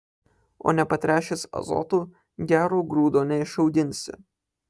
o nepatręšęs azotu gero grūdo neišauginsi